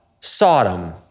Sodom